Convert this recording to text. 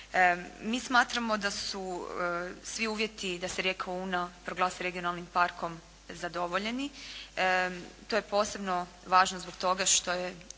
Mi smatramo da su svi uvjeti da se rijeka Una proglasi regionalnim parkom zadovoljeni. To je posebno važno zbog toga što je